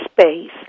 space